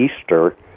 Easter